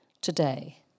Today